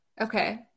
Okay